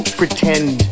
pretend